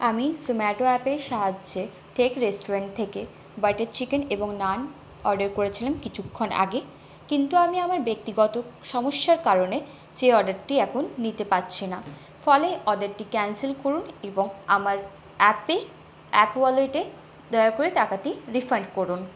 আমি জোম্যাটো অ্যাপের সাহায্যে টেক রেস্টুরেন্ট থেকে বাটার চিকেন এবং নান অর্ডার করেছিলাম কিছুক্ষণ আগে কিন্তু আমি আমার ব্যক্তিগত সমস্যার কারণে সে অর্ডারটি এখন নিতে পারছি না ফলে অর্ডারটি ক্যানসেল করুন এবং আমার অ্যাপে অ্যাপ ওয়ালেটে দয়া করে টাকাটি রিফান্ড করুন